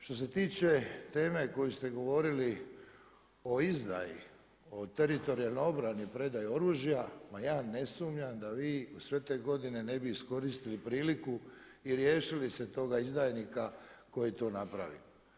Što se tiče teme o kojoj ste govorili o izdaji, o Teritorijalnoj obrani, predaji oružja, ma ja ne sumnjam da vi sve te godine ne bi iskoristili priliku i riješili se toga izdajnika koji je to napravio.